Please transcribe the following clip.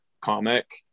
comic